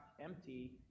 empty